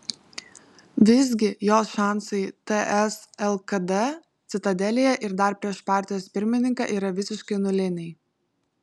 visgi jos šansai ts lkd citadelėje ir dar prieš partijos pirmininką yra visiškai nuliniai